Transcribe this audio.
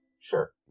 Sure